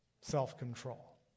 self-control